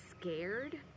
scared